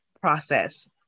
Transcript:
process